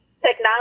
technology